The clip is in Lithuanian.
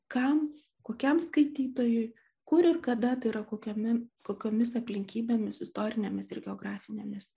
kam kokiam skaitytojui kur ir kada tai yra kokiame kokiomis aplinkybėmis istorinėmis ir geografinėmis